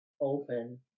open